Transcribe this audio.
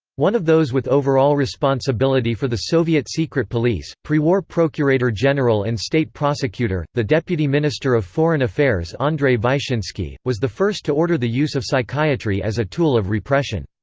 one of those with overall responsibility for the soviet secret police, pre-war procurator general and state prosecutor, the deputy minister of foreign affairs andrey vyshinsky, was the first to order the use of psychiatry as a tool of repression.